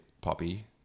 poppy